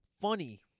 funny